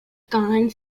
gone